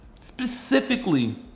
specifically